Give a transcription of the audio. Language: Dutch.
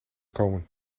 komen